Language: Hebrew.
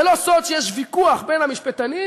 זה לא סוד שיש ויכוח בין המשפטנים,